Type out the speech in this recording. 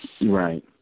Right